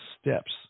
steps